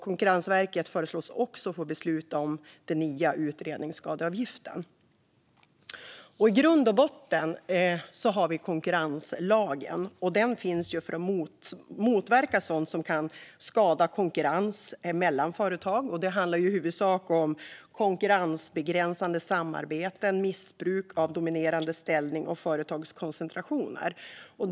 Konkurrensverket föreslås också få besluta om den nya utredningsskadeavgiften. I grund och botten har vi konkurrenslagen, som finns för att motverka sådant som kan skada konkurrens mellan företag. Det handlar i huvudsak om konkurrensbegränsande samarbeten, missbruk av dominerande ställning och företagskoncentrationer.